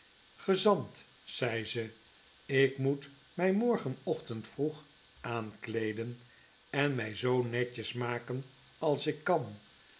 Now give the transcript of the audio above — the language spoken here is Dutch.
gezant zei ze ik moet mij morgenochtend vroeg aankleeden en mij zoo netjes maken alsikkan want ik ga